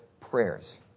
prayers